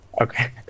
okay